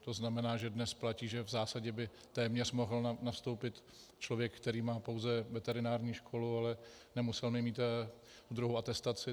To znamená, že dnes platí, že v zásadě by téměř mohl nastoupit člověk, který má pouze veterinární školu, ale nemusel by mít druhou atestaci.